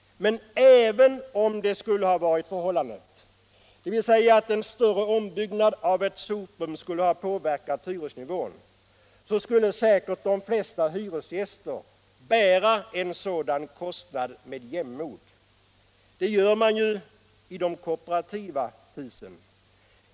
Men även om en större ombyggnad av ett soprum skulle ha påverkat hyresnivån, skulle säkert de flesta hyresgäster bära en sådan kostnad med jämnmod. Det gör man ju i de kooperativa husen.